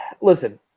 listen